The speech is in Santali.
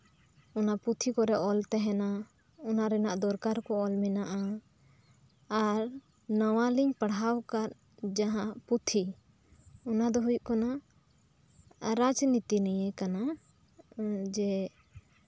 ᱚᱱᱟ ᱯᱩᱛᱷᱤ ᱠᱚᱨᱮᱫ ᱚᱞ ᱛᱟᱦᱮᱸᱱᱟ ᱚᱱᱟ ᱨᱮᱭᱟᱜ ᱫᱚᱨᱠᱟᱨ ᱠᱚ ᱚᱞ ᱢᱮᱱᱟᱜᱼᱟ ᱟᱨ ᱱᱟᱶᱟ ᱜᱤᱧ ᱯᱟᱲᱦᱟᱣ ᱟᱠᱟᱫ ᱡᱟᱦᱟᱸ ᱯᱩᱛᱷᱤ ᱚᱱᱟ ᱫᱚ ᱦᱩᱭᱩᱜ ᱠᱟᱱᱟ ᱨᱟᱡᱱᱤᱛᱤ ᱱᱤᱭᱮ ᱠᱟᱱᱟ ᱡᱮ